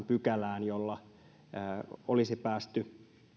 pykälään jolla olisi päästy